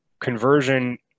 conversion